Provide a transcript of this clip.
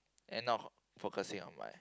and not focusing on my